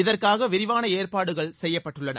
இதற்காக விரிவான ஏற்பாடுகள் செய்யப்பட்டுள்ளன